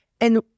And-